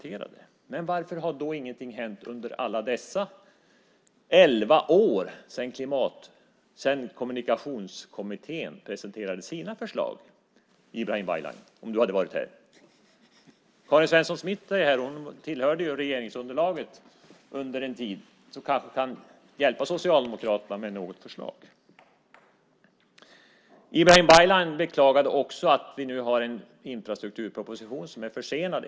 Men varför, Ibrahim Baylan - om du hade varit här - har då ingenting hänt under alla dessa elva år sedan Kommunikationskommittén presenterade sina förslag? Karin Svensson Smith är här. Hon tillhörde regeringsunderlaget under en tid och kan kanske hjälpa Socialdemokraterna med något förslag. Ibrahim Baylan beklagade också att vi nu har en infrastrukturproposition som är ett halvår försenad.